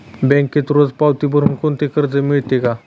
बँकेत रोज पावती भरुन कोणते कर्ज मिळते का?